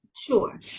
Sure